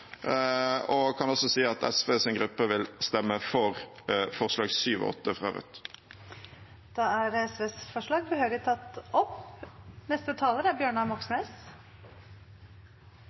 og kan også si at SVs gruppe vil stemme for forslagene nr. 7 og 8, fra Rødt. Representanten Audun Lysbakken har tatt opp